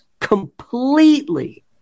Completely